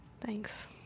Thanks